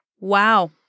Wow